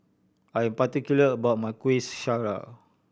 I am particular about my Kueh Syara